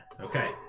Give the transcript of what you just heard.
Okay